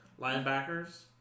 linebackers